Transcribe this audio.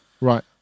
Right